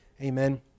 Amen